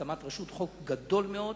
חוק גדול מאוד,